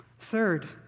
Third